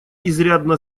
изрядно